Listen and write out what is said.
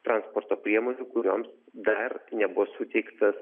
transporto priemonių kurioms dar nebuvo suteiktas